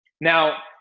Now